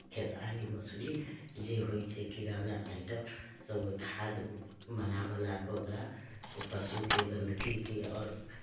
खेसारी मसुरी जे होइ छै किराना आइटम सभ ओ खाद बना बना कऽ ओकरा पशुके गन्दगीकेँ आओर